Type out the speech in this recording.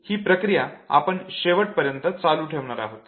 ही प्रक्रिया आपण शेवटपर्यंत चालू ठेवणार आहोत